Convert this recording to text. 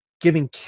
giving